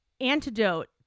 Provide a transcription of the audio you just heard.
antidote